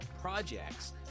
projects